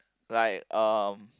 like um